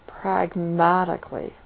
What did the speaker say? Pragmatically